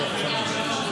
הוראת שעה),